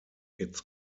its